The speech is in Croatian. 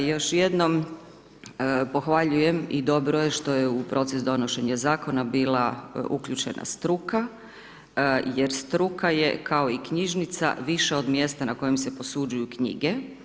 Još jednom, pohvaljujem i dobro je što je u proces donošenja zakona bila uključena struka jer struka je kao i knjižnica više od mjesta na kojem se posuđuju knjige.